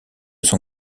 son